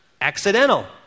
accidental